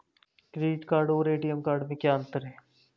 Credit card और ATM card में क्या अंतर है?